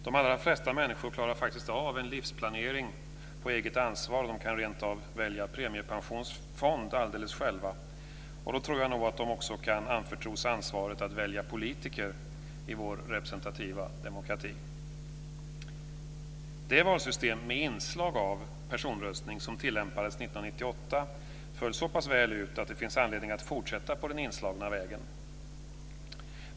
De allra flesta människor klarar faktiskt av en livsplanering på eget ansvar och kan rent av välja premiepensionsfond alldeles själva, och då tror jag nog att de också kan anförtros ansvaret att välja politiker i vår representativa demokrati. Det valsystem med inslag av personröstning som tillämpades 1998 föll så pass väl ut att det finns anledning att fortsätta på den inslagna vägen.